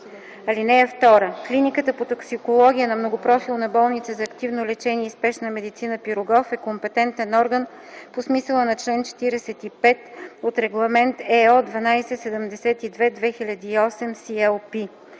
(CLP). (2) Клиниката по токсикология на Многопрофилна болница за активно лечение и спешна медицина „Н. П. Пирогов” е компетентен орган по смисъла на чл. 45 от Регламент (ЕО) № 1272/2008 (CLP).